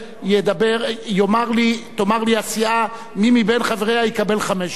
תאמר לי הסיעה מי מחבריה יקבל חמש דקות.